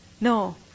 No